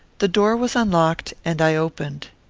the door was unlocked, and i opened.